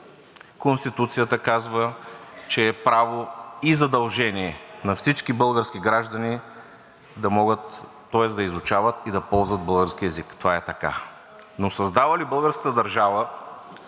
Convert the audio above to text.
Конституцията казва, че е право и задължение на всички български граждани да изучават и да ползват български език, това е така. Но създава ли българската държава